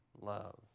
love